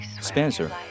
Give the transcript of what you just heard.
Spencer